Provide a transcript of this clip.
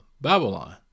Babylon